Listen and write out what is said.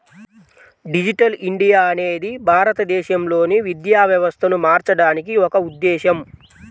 digital India అనేది భారతదేశంలోని విద్యా వ్యవస్థను మార్చడానికి ఒక ఉద్ధేశం